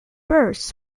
bird